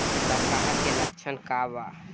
डकहा के लक्षण का वा?